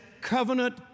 covenant